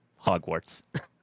Hogwarts